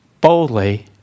boldly